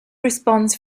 response